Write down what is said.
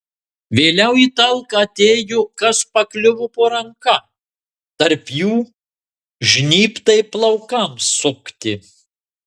vėliau į talką atėjo kas pakliuvo po ranka tarp jų žnybtai plaukams sukti